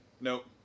Nope